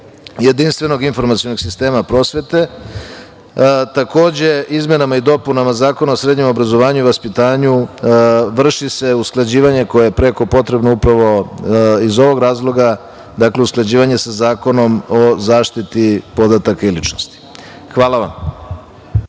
jedinstvenog informacionog sistema prosvete. Izmenama i dopunama Zakona o srednjem obrazovanju i vaspitanju vrši se usklađivanje koje je preko potrebno upravo iz ovog razloga, dakle usklađivanje sa Zakonom o zaštiti podataka i ličnosti. Hvala vam.